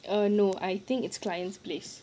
err no I think it's client's place